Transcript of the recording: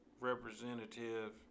representative